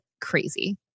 crazy